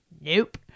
Nope